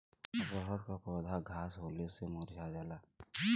रहर क पौधा घास होले से मूरझा जाला